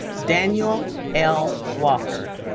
daniel l. walker